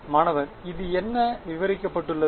மாணவர் இது என்ன என்ன விவரிக்கப்பட்டுள்ளது